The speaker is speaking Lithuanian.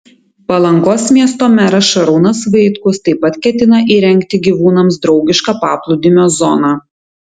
palangos miesto meras šarūnas vaitkus taip pat ketina įrengti gyvūnams draugišką paplūdimio zoną